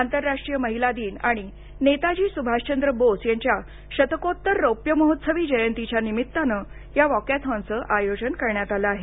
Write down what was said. आंतरराष्ट्रीय महिला दिन आणि नेताजी सुभाषचंद्र बोस यांच्या शतकोत्तर रौप्यमहोत्सवी जयंतीच्या निमित्ताने या वॉकॅथॉनचं आयोजन करण्यात आलं आहे